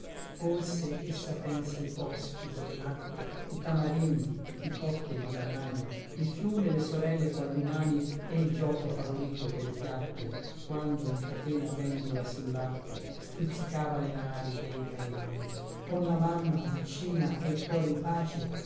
forse essa pensa i boschi dove nacque i tamarindi i cocchi ed i banani il fiume e le sorelle quadrumani e il gioco favorito che le piacque quando in catena pendula sullacque stuzzicava le nari dei caimani ii con la mamma vicina e il cuore in pace